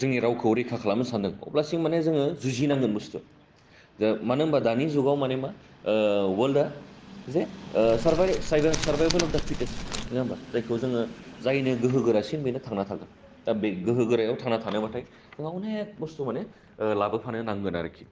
जोंनि रावखौ रैखा खालामनो सान्दों अब्लासिम माने जोङो जुजिनांगोन बुस्टुया जोहा मानो होनबा दानि जुगाव मानि मा वर्लदा जे सारबाय सारबाइबोल अब दा फिटेस नोङा होम्बा जायखौ जोङो जायनो गोहो गोरासिन बेनो थांना थागोन दाबे गोहो गोरायाव थांना थानोबाथाय जोंहा अनेक बुस्टु माने लाबोफानो नांगोन आरखि